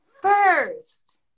First